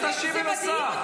ותשיבי לשר,